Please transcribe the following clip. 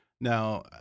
Now